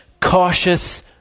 cautious